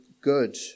good